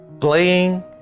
playing